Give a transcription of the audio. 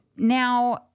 Now